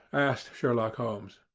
asked sherlock holmes.